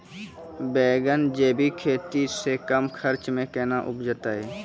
बैंगन जैविक खेती से कम खर्च मे कैना उपजते?